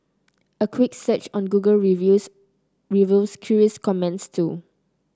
a quick search on Google Reviews reveals curious comments too